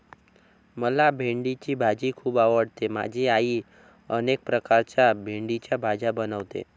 मला भेंडीची भाजी खूप आवडते माझी आई अनेक प्रकारच्या भेंडीच्या भाज्या बनवते